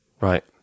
Right